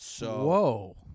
Whoa